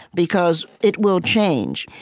because it will change.